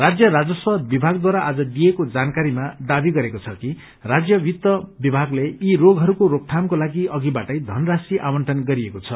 राज्य राजस्व विभागद्वारा आज दिइएको जानकारीामा दावी गरेको छ कि राज्य वित्त विभागले यी रोगहरूको रोकथामको लागि अधिबाटै धनराशि आवण्टन गरिएको छ